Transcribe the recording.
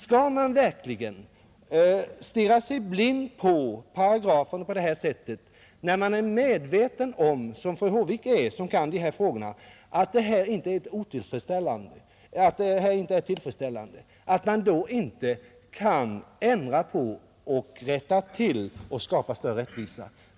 Skall man verkligen stirra sig blind på paragraferna, när man är medveten om — och det är fru Håvik, som kan de här frågorna — att förhållandena inte är tillfredsställande? Skall man då inte kunna rätta till dem och skapa större rättvisa?